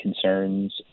concerns